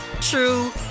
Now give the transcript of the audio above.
true